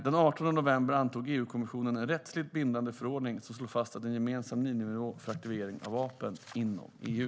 Den 18 november antog EU-kommissionen en rättsligt bindande förordning som slår fast en gemensam miniminivå för deaktivering av vapen inom EU.